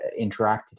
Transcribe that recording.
interacted